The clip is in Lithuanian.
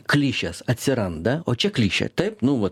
klišės atsiranda o čia klišė taip nu va